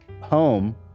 home